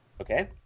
Okay